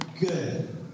good